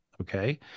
okay